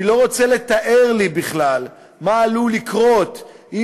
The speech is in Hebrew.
אני לא רוצה לתאר לי בכלל מה עלול לקרות אם